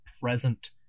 present